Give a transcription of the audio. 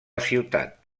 ciutat